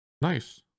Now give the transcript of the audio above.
Nice